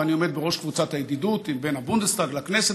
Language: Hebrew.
ואני עומד בראש קבוצת הידידות בין הבונדסטאג לכנסת,